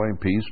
peace